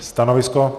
Stanovisko?